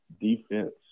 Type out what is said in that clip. defense